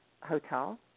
hotel